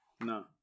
No